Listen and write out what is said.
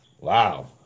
Wow